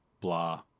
blah